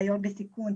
היריון בסיכון,